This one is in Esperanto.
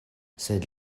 sed